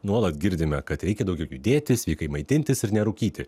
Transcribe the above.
nuolat girdime kad reikia daugiau judėti sveikai maitintis ir nerūkyti